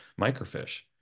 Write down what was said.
microfish